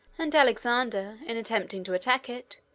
and alexander, in attempting to attack it,